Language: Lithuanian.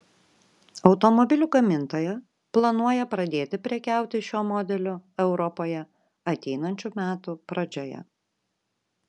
automobilių gamintoja planuoja pradėti prekiauti šiuo modeliu europoje ateinančių metų pradžioje